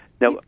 Now